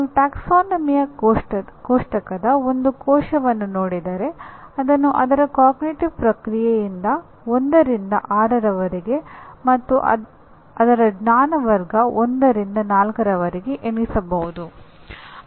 ನೀವು ಪ್ರವರ್ಗ ಕೋಷ್ಟಕದ ಒಂದು ಕೋಶವನ್ನು ನೋಡಿದರೆ ಅದನ್ನು ಅದರ ಅರಿವಿನ ಪ್ರಕ್ರಿಯೆಯಿಂದ 1 ರಿಂದ 6 ಮತ್ತು ಅದರ ಜ್ಞಾನ ವರ್ಗ 1 ರಿಂದ 4 ರವರೆಗೆ ಎಣಿಸಬಹುದು